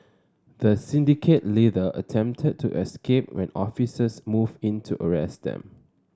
the syndicate leader attempted to escape when officers moved in to arrest them